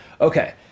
Okay